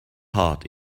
heart